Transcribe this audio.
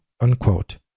Unquote